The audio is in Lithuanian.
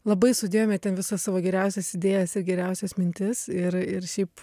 labai sudėjome ten visas savo geriausias idėjas ir geriausias mintis ir ir šiaip